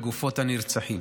בגופות הנרצחים.